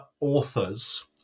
authors